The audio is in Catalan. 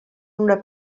una